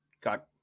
Got